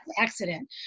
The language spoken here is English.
accident